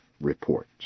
report